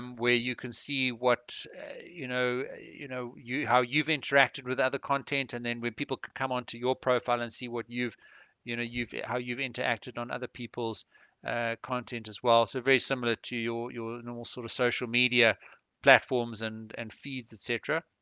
um where you can see what you know you know you how you've interacted with other content and then when people can come onto onto your profile and see what you've you know you've yeah how you've interacted on other people's ah content as well so very similar to your your normal sort of social media platforms and and feeds etc